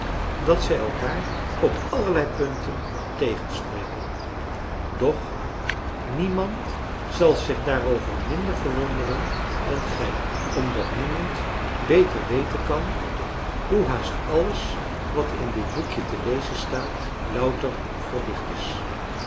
dat zij elkaar op allerlei punten tegenspreken doch niemand zal zich daarover minder verwonderen dan gij omdat niemand beter weten kan hoe haast alles wat in dit boekje te lezen staat louter verdicht is